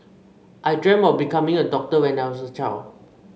I dreamt of becoming a doctor when I was a child